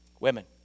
Women